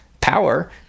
power